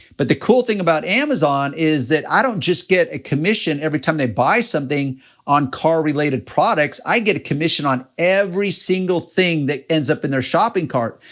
but the cool thing about amazon is that i don't just get a commission every time they buy something on car-related products, i get a commission on every single thing that ends up in their shopping cart,